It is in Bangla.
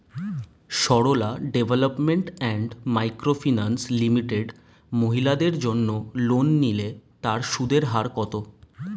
Sarala development and microfinance limited মহিলাদের জন্য লোন নিলে তার সুদের হার কত?